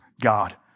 God